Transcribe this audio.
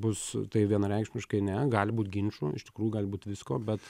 bus tai vienareikšmiškai ne gali būt ginčų iš tikrųjų gali būt visko bet